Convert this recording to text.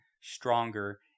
stronger